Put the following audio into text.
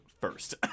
first